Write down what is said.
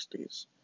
1960s